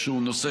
הזמן,